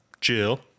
Jill